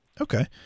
Okay